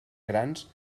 grans